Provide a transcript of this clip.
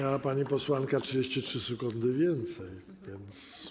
Miała pani posłanka 33 sekundy więcej, więc.